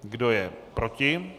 Kdo je proti?